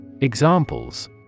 Examples